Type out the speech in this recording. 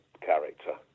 character